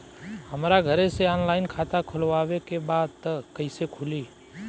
हमरा घरे से ऑनलाइन खाता खोलवावे के बा त कइसे खुली?